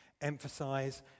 emphasize